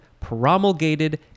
promulgated